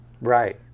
right